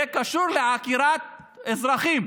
זה קשור לעקירת אזרחים,